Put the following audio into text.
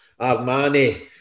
Armani